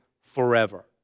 forever